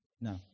No